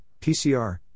PCR